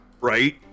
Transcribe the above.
Right